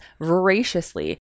voraciously